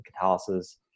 catalysis